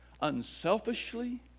unselfishly